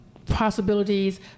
possibilities